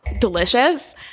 Delicious